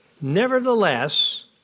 Nevertheless